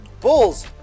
Bulls